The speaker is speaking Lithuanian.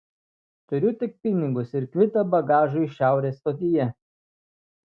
turiu tik pinigus ir kvitą bagažui šiaurės stotyje